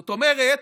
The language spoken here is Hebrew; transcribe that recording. זאת אומרת,